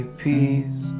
peace